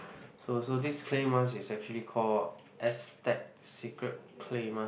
so so this clay mask is actually called Aztech Secret clay mask